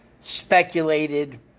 speculated